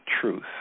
truth